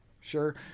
sure